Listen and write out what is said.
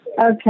Okay